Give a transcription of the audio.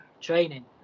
training